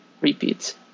repeats